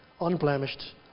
unblemished